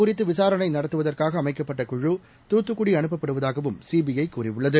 குறித்துவிசாரணைநடத்துவதற்காகஅமைக்கப்பட்ட தூத்துக்குடி அனுப்பப்படுவதாகவும் இது குழு சிபிஐகூறியுள்ளது